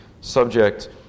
subject